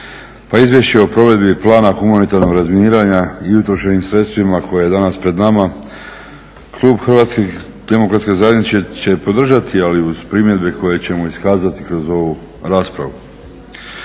Pa Izvješće o provedbi plana humanitarnog razminiranja i utrošenim sredstvima koje je danas pred nama klub Hrvatske demokratske zajednice će podržati ali uz primjedbe koje ćemo iskazati kroz ovu raspravu.